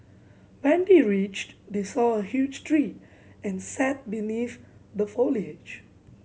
when they reached they saw a huge tree and sat beneath the foliage